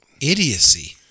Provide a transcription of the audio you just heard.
idiocy